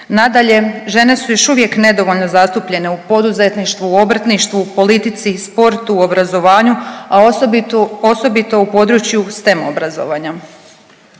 Nadalje, žene su još uvijek nedovoljno zastupljene u poduzetništvu, u obrtništvu, u politici i sportu, obrazovanju, a osobito, osobito u području stem obrazovanja.